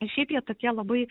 šiaip jie tokie labai